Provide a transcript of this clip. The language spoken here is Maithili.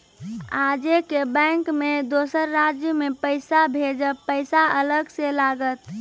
आजे के बैंक मे दोसर राज्य मे पैसा भेजबऽ पैसा अलग से लागत?